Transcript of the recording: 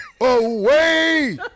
away